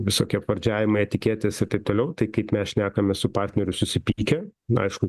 visokie pravardžiavimai etiketės ir taip toliau tai kaip mes šnekame su partneriu susipykę na aišku